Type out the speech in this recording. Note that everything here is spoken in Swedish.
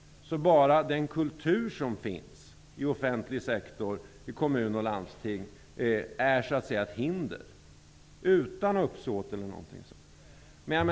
Den kultur som finns i offentlig sektor, i kommun och landsting, utgör ett hinder, utan att det finns något uppsåt.